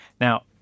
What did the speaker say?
Now